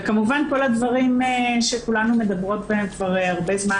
וכמובן כל הדברים שכולנו מדברות בהם כבר הרבה זמן,